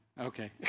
Okay